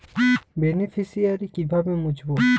Beneficiary কিভাবে মুছব?